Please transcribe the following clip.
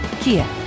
Kia